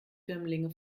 firmlinge